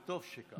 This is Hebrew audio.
וטוב שכך.